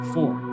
Four